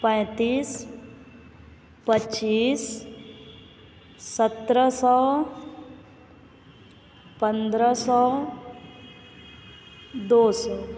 पैंतीस पच्चीस सत्रह सौ पंद्रह सौ दो सौ